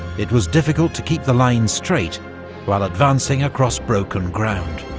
it was difficult to keep the line straight while advancing across broken ground.